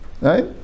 right